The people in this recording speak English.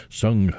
sung